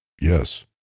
yes